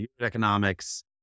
economics